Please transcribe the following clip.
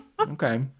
Okay